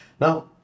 Now